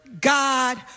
God